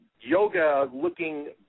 yoga-looking